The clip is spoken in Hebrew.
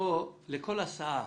לכל הסעה